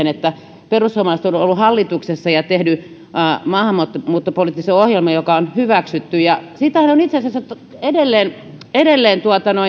että perussuomalaiset ovat olleet hallituksessa ja tehneet maahanmuuttopoliittisen ohjelman joka on hyväksytty siitähän on itse asiassa edelleen edelleen